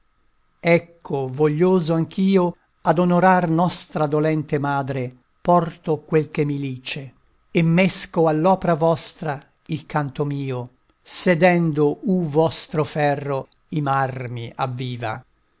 ecco voglioso anch'io ad onorar nostra dolente madre porto quel che mi lice e mesco all'opra vostra il canto mio sedendo u vostro ferro i marmi avviva